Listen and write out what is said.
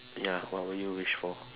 ya what would you wish for